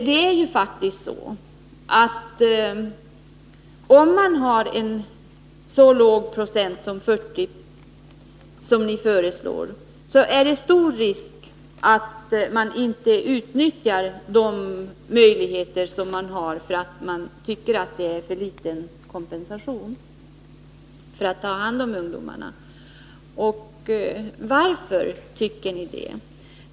Det är faktiskt så att om man har ett så lågt lönebidrag som 40 96, är det stor risk för att arbetsgivarna inte utnyttjar de möjligheter de har att ta hand om ungdomarna därför att de tycker att detta är en för liten kompensation.